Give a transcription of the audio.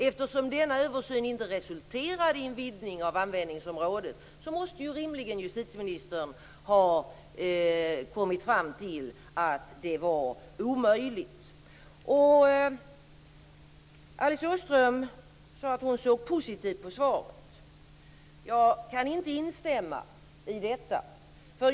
Eftersom denna översyn inte resulterade i en vidgning av användningsområdet måste rimligen justitieministern ha kommit fram till att det var omöjligt. Alice Åström sade att hon såg positivt på svaret. Jag kan inte instämma i detta.